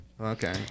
okay